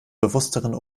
bewussteren